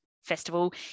festival